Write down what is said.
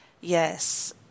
Yes